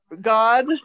God